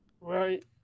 Right